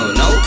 no